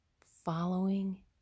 following